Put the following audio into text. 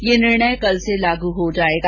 यह निर्णय कल से लागू हो जाएगा